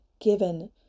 given